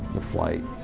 the flight,